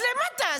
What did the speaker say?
אז למה טסת,